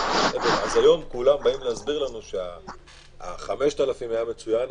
היום כולם באים להסביר לנו שה-5,000 היה מצוין,